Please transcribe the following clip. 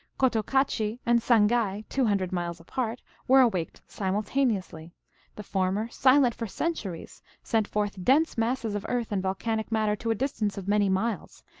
cotocachi and sangai, two hundred miles apart, were awaked simultaneously the former, silent for centuries, sent forth dense masses of earth and volcanic matter to a distance of many miles,